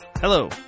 Hello